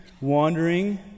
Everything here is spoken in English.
wandering